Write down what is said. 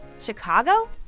Chicago